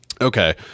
okay